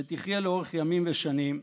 שתחיה לאורך ימים ושנים,